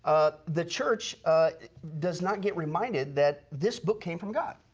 ah the church does not get reminded that this book came from god.